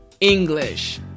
English